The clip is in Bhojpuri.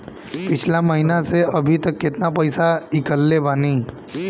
पिछला महीना से अभीतक केतना पैसा ईकलले बानी?